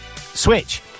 switch